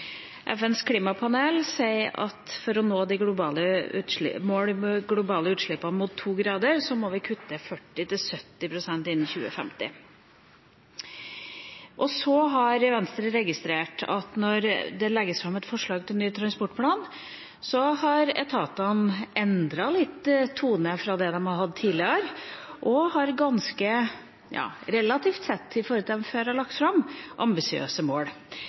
FNs klimapanel sier at for å nå de globale utslippsmålene om 2 grader, må vi kutte 40–70 pst. innen 2050. Venstre har registrert at når det legges fram et forslag til ny transportplan, har etatene endret tone litt fra det de har hatt tidligere, og har relativt sett – i forhold til det de før har lagt fram – ganske ambisiøse mål: